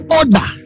order